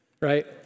right